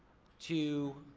to,